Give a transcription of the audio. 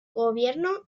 gobierno